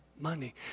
money